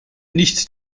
nicht